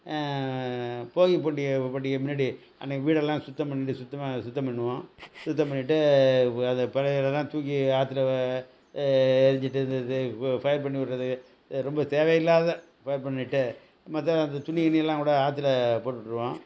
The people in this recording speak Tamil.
போகி பண்டிகை பண்டிகை முன்னாடி அன்னைக்கி வீடு எல்லாம் சுத்தம் பண்ணி சுத்தமாக சுத்தம் பண்ணுவோம் சுத்தம் பண்ணிட்டு அது பழைய தூக்கி ஆத்தில் எறிஞ்சிட்டு இந்த இது ஃபயர் பண்ணி விடுறது ரொம்ப தேவை இல்லாத ஃபயர் பண்ணிட்டு மற்ற அந்த துணி கிணியெலாம் கூட ஆத்தில் போட்டு விட்டுருவோம்